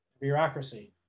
bureaucracy